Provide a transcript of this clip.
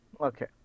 okay